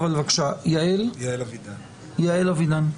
יעל אבידן,